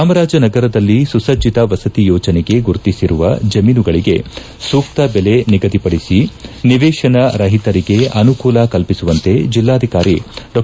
ಚಾಮರಾಜನಗರದಲ್ಲಿ ಸುಸಜ್ಜತ ವಸತಿ ಯೋಜನೆಗೆ ಗುರುತಿಸಿರುವ ಜಮೀನುಗಳಿಗೆ ಸೂಕ್ತಜೆಲೆ ನಿಗದಿಪಡಿಸಿ ನಿವೇಶನರಹಿತರಿಗೆ ಅನುಕೂಲ ಕಲ್ಪಿಸುವಂತೆ ಜೆಲ್ಲಾಧಿಕಾರಿ ಡಾ